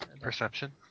Perception